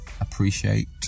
appreciate